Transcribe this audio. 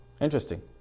Interesting